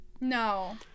No